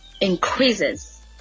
increases